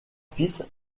fils